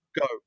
Go